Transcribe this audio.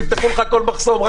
הם יפתחו לך כל מחסום.